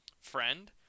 friend